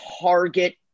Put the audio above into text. target